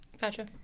Gotcha